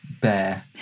bear